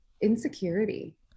insecurity